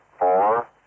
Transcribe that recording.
four